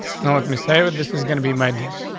no, let me say that this is gonna be my dips.